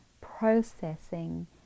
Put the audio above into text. processing